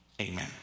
Amen